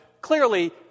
clearly